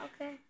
Okay